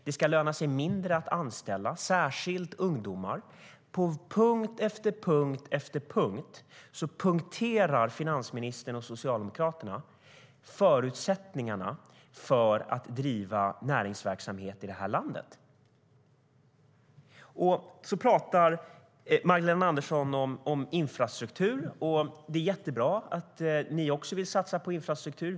Det ska löna sig mindre att anställa, särskilt ungdomar. Magdalena Andersson pratar om infrastruktur. Det är jättebra att ni också vill satsa på infrastruktur.